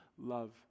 love